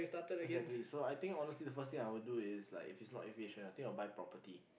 exactly so I think honestly the first thing I would do is like if it's not aviation I think I would buy property